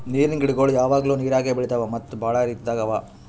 ನೀರಿನ್ ಗಿಡಗೊಳ್ ಯಾವಾಗ್ಲೂ ನೀರಾಗೆ ಬೆಳಿತಾವ್ ಮತ್ತ್ ಭಾಳ ರೀತಿದಾಗ್ ಅವಾ